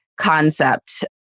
concept